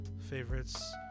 favorites